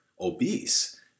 obese